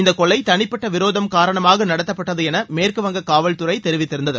இந்தக் கொலை தனிப்பட்ட விரோதம் காரணமாக நடத்தப்பட்டது என மேற்குவங்க காவல்துறை தெரிவித்திருந்தது